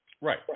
Right